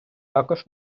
також